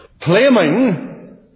claiming